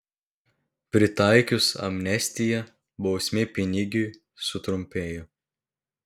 pritaikius amnestiją bausmė pinigiui sutrumpėjo